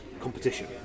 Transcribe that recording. competition